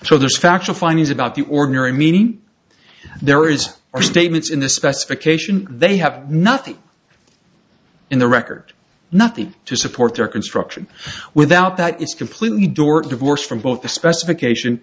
so there's factual findings about the ordinary meaning there is are statements in the specification they have nothing in the record nothing to support their construction without that is completely dort divorced from both the specification